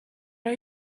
are